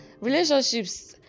Relationships